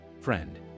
Friend